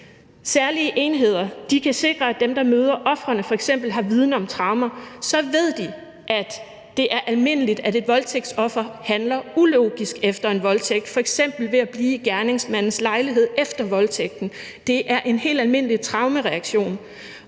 Særlige enheder kan sikre, at dem, der møder ofrene, f.eks. har viden om traumer, for så ved de, at det er almindeligt, at et voldtægtsoffer handler ulogisk efter en voldtægt f.eks. ved at blive i gerningsmandens lejlighed efter voldtægten. Det er en helt almindelig traumereaktion,